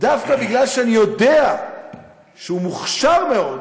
דווקא בגלל שאני יודע שהוא מוכשר מאוד,